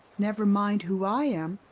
never mind who i am,